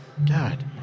God